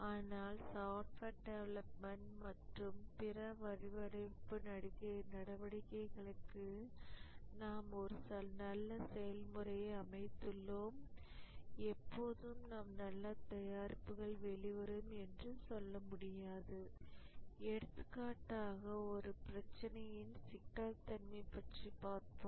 ஆனால் software development மற்றும் பிற வடிவமைப்பு நடவடிக்கைகளுக்கு நாம் ஒரு நல்ல செயல்முறையை அமைத்துள்ளோம் எப்போதும் நல்ல தயாரிப்புகள் வெளிவரும் என்று சொல்ல முடியாது எடுத்துக்காட்டாக ஒரு பிரச்சனையின் சிக்கல் தன்மை பற்றி பார்ப்போம்